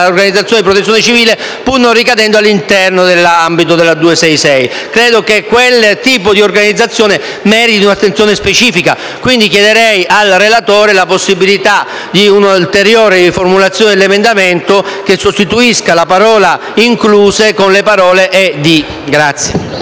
dell'organizzazione della Protezione civile, pur non ricadendo nell'ambito della legge n. 266 del 1991. Credo che quel tipo di organizzazione meriti un'attenzione specifica e, quindi, chiederei al relatore la possibilità di un'ulteriore riformulazione dell'emendamento, che sostituisca la parola «incluse», con le parole «e